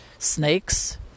snakes